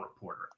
reporter